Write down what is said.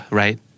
right